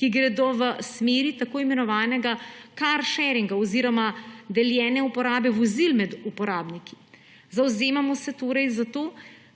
ki gredo v smeri tako imenovanega car sharinga oziroma deljene uporabe vozil med uporabniki. Zavzemamo se torej za to,